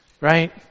Right